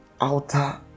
outer